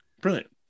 Brilliant